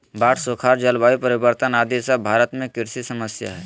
बाढ़, सुखाड़, जलवायु परिवर्तन आदि सब भारत में कृषि समस्या हय